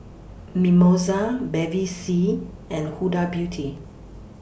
Mimosa Bevy C and Huda Beauty